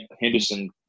Henderson